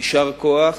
יישר כוח